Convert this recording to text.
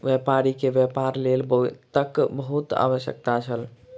व्यापारी के व्यापार लेल वित्तक बहुत आवश्यकता छल